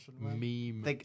meme